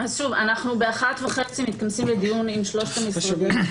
אנחנו ב-13:30 מתכנסים לדיון עם שלושת המשרדים.